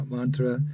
Mantra